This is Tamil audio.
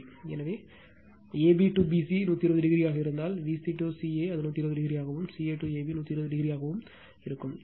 ஆகவே ab to bc 120o ஆக இருந்தால் vc to ca அது 120o ஆகவும் ca to ab 120 ஆகவும் அழைக்கிறோம்